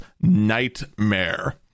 nightmare